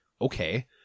Okay